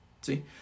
See